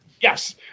Yes